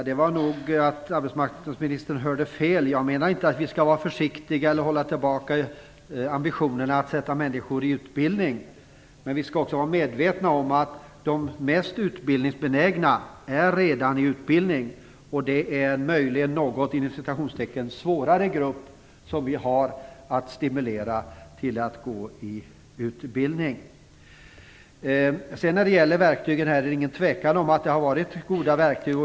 Fru talman! Arbetsmarknadsministern hörde nog fel. Jag menar inte att vi skall vara försiktiga eller hålla tillbaka ambitionerna att sätta människor i utbildning. Men vi skall också vara medvetna om att de mest utbildningsbenägna redan är i utbildning, och det är möjligen en något "svårare" grupp som vi har att stimulera till att gå i utbildning. Det är ingen tvekan om att det har funnits goda verktyg.